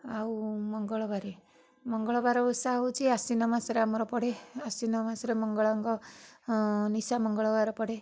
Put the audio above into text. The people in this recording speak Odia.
ଆଉ ମଙ୍ଗଳବାରେ ମଙ୍ଗଳବାର ଓଷା ହେଉଛି ଆଶ୍ଵିନ ମାସରେ ଆମର ପଡ଼େ ଆଶ୍ୱିନ ମାସରେ ମଙ୍ଗଳାଙ୍କ ନିଶା ମଙ୍ଗଳବାର ପଡ଼େ